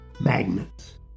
magnets